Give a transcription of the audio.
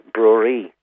Brewery